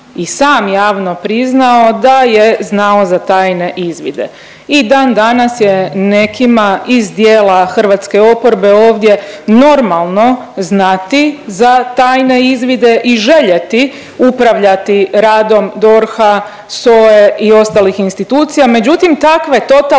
i sam javno priznao da je znao za tajne izvide. I dan danas je nekima iz dijela hrvatske oporbe ovdje normalno znati za tajne izvide i željeti upravljati radom DORH-a, SOA-e i ostalih institucija. Međutim, takve totalitarne